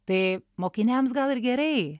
tai mokiniams gal ir gerai